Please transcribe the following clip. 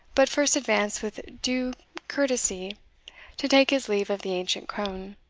but first advanced with due courtesy to take his leave of the ancient crone.